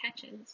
catches